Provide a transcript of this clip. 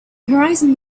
horizon